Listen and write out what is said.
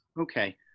Okay